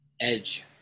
edge